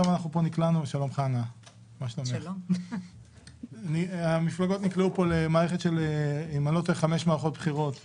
המפלגות נקלעו לחמש מערכות בחירות שוטפות,